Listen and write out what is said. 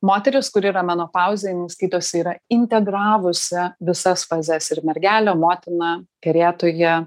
moteris kuri yra menopauzėj jinai skaitosi yra integravusi visas fazes ir mergelę motiną kerėtoją